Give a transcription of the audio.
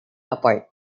apart